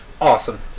Awesome